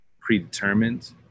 predetermined